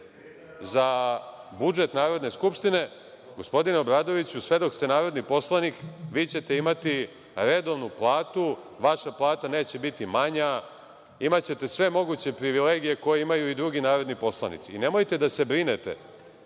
za budžet Narodne skupštine. Gospodine Obradoviću, sve dok ste narodni poslanik vi ćete imati redovnu platu, vaša plata neće biti manja, imaćete sve moguće privilegije koje imaju i drugi narodni poslanici i nemojte da se brinete